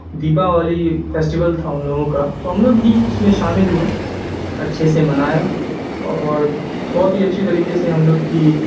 Deepavali festival تھا ان لوگوں کا تو ہم لوگ بھی اس میں شامل ہوئے اچھے سے منایا اور بہت ہی اچھی طریقے سے ہم لوگ کی